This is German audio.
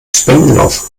spendenlauf